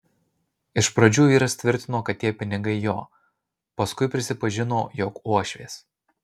iš pradžių vyras tvirtino kad tie pinigai jo paskui prisipažino jog uošvės